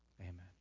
Amen